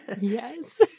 Yes